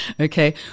okay